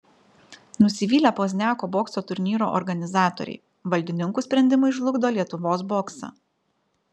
nusivylę pozniako bokso turnyro organizatoriai valdininkų sprendimai žlugdo lietuvos boksą